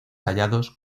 hallados